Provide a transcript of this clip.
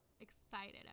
excited